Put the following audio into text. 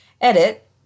Edit